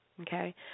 Okay